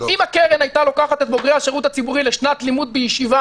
אם הקרן הייתה לוקחת את בוגרי השירות הציבורי לשנת לימוד בישיבה,